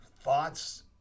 thoughts